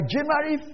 January